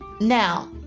now